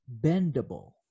bendable